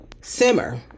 simmer